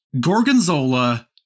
Gorgonzola